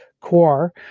core